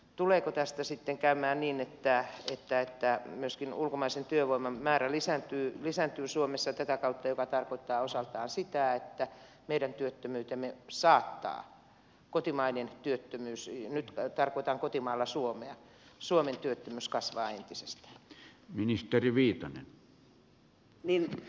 tuleeko tässä sitten käymään niin että myöskin ulkomaisen työvoiman määrä lisääntyy suomessa tätä kautta mikä tarkoittaa osaltaan sitä että meidän kotimainen työttömyytemme saattaa kotimaiden työttömyys ei nyt käy tarkoitan kotimaalla suomea suomen työttömyys saattaa kasvaa entisestään